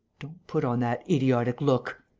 don't put on that idiot look,